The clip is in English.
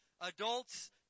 adults